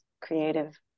creative